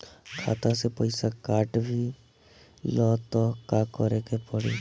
खाता से पैसा काट ली त का करे के पड़ी?